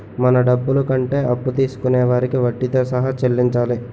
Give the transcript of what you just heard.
మన డబ్బులు కంటే అప్పు తీసుకొనే వారికి వడ్డీతో సహా చెల్లించాలి